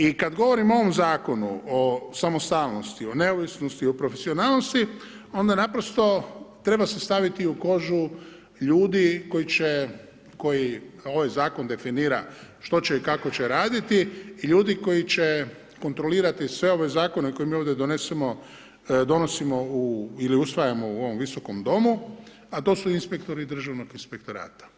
I kad govorim o ovom Zakonu o samostalnosti, o neovisnosti o profesionalnosti, onda naprosto treba se staviti u kožu ljudi koji će, koja ovaj Zakon definira što će i kako će raditi i ljudi koji će kontrolirati sve ove zakone koje mi ovdje donesemo, donosimo ili usvajamo u ovom visokom domu, a to su inspektori Državnog inspektorata.